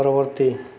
ପରବର୍ତ୍ତୀ